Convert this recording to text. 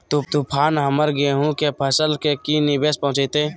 तूफान हमर गेंहू के फसल के की निवेस पहुचैताय?